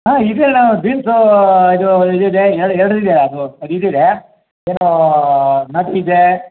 ಹಾಂ ಇದೆ ಅಣ್ಣ ಬೀನ್ಸೂ ಇದು ಇದಿದೆ ಎರಡೂ ಇದೆ ಅದು ಅದು ಇದಿದೆ ಏನು ನಾಟಿ ಇದೆ